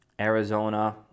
Arizona